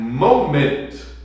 moment